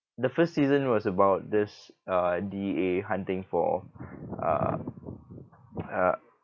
the first season was about this uh D_E_A hunting for uh a